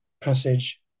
Passage